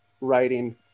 writing